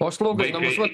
o slauga į namus vat